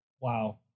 Wow